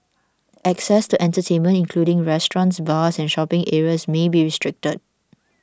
access to entertainment including restaurants bars and shopping areas may be restricted